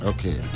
Okay